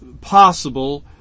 possible